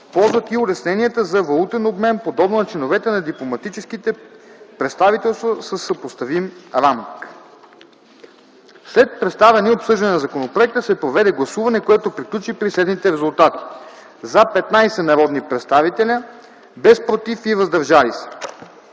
ползват и улесненията за валутен обмен, подобно на членовете на дипломатическите представителства със съпоставим ранг. След представяне и обсъждане на законопроекта се проведе гласуване, което приключи при следните резултати: „за” 15 народни представители, „против” и „въздържали се”